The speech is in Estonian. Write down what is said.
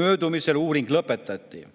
möödumisel uuring lõpetati.